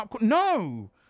no